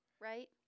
right